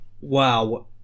Wow